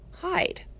hide